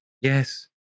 Yes